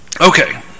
Okay